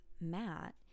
Matt